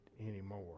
anymore